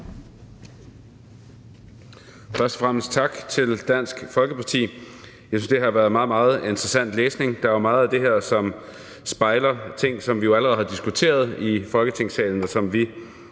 Først og fremmest tak til Dansk Folkeparti. Jeg synes, at det har været meget, meget interessant læsning. Der er meget af det her, som spejler ting, vi jo allerede har diskuteret i Folketingssalen, og som vi